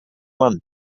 mann